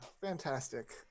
Fantastic